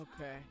Okay